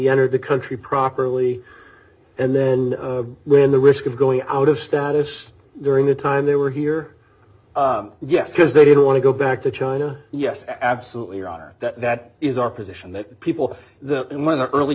enter the country properly and then ran the risk of going out of status during the time they were here yes because they didn't want to go back to china yes absolutely that is our position that people in one of the early